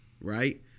right